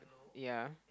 yea